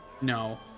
No